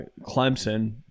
Clemson